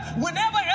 whenever